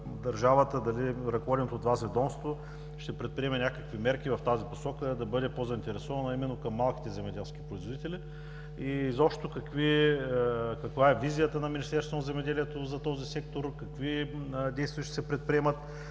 държавата, дали ръководеното от Вас ведомство ще предприеме някакви мерки в посока да бъде по-заинтересовано към малките земеделски производители, каква е визията на Министерството на земеделието за този сектор и какви действия ще се предприемат?